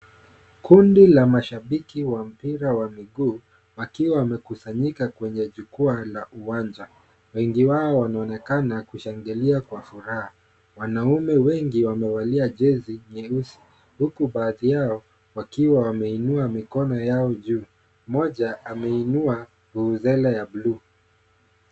Kundi la mashabiki wa mpira wa miguu wakiwa wamekusanyika kwenye jukwaa la uwanja. Wengi wao wanaonekana kushangilia kwa furaha. Wanaume wengi wamevalia jezi nyeusi huku baadhi yao wakiwa wameinua mikono yao juu. Mmoja ameinua vuvuzela ya bluu.